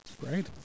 Great